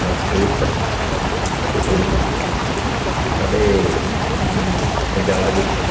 ਸੰਸਕ੍ਰਿਤ ਅਤੇ ਉਰਦੂ ਸਾਡੇ ਪੰਜਾਬ ਵਿੱਚ